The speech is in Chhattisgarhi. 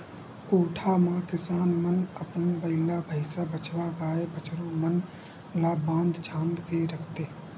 कोठा म किसान मन अपन बइला, भइसा, बछवा, गाय, बछरू मन ल बांध छांद के रखथे